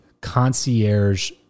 concierge